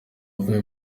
avuye